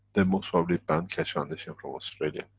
they'll most probably ban keshe foundation from australia.